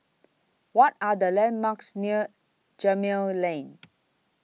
What Are The landmarks near Gemmill Lane